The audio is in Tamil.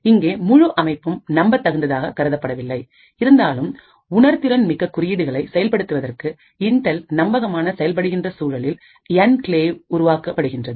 இங்கே முழு அமைப்பும் நம்பத் தகுந்ததாக கருதப்படவில்லை இருந்தாலும் உணர்திறன் மிக்க குறியீடுகளை செயல்படுத்துவதற்கு இன்டெல் நம்பகமான செயல்படுகின்ற சூழலில் என்கீளேவ் உருவாக்கப்படுகின்றது